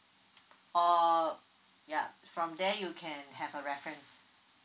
or ya from there you can have a reference